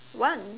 one